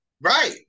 right